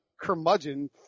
curmudgeon